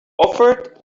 offered